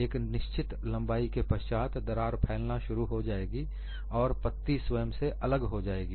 एक निश्चित लंबाई के पश्चात दरार फैलना शुरू हो जाएगी और पत्ती स्वयं से अलग हो जाएगी